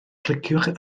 cliciwch